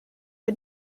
her